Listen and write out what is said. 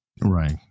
right